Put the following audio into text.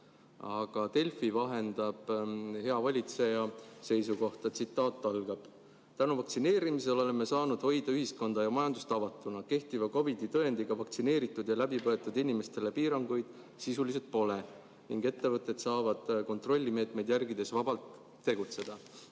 Delfi vahendab hea valitseja seisukohta: "Tänu vaktsineerimisele oleme saanud hoida ühiskonda ja majandust avatuna – kehtiva COVIDi-tõendiga vaktsineeritud ja läbipõdenud inimestele piiranguid sisuliselt pole ning ettevõtted saavad kontrollmeetmeid järgides vabalt tegutseda."